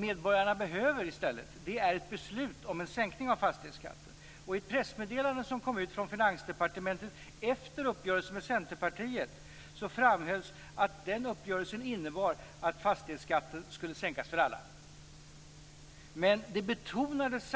Medborgarna behöver ett beslut om sänkning av fastighetsskatten. I ett pressmeddelande från Finansdepartementet, som kom ut efter uppgörelsen med Centerpartiet, framhölls att uppgörelsen innebar att fastighetsskatten skulle sänkas för alla. Men samtidigt betonades